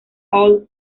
all